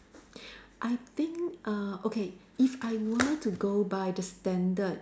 I think uh okay if I were to go by the standard